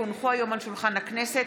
כי הונחו היום על שולחן הכנסת,